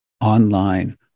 online